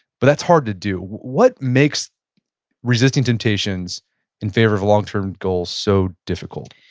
but that's hard to do. what makes resisting temptations in favor of longterm goals so difficult?